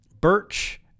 Birch